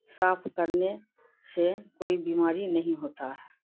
صاف کرنے سے کوئی بیماری نہیں ہوتا ہے